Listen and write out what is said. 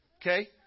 Okay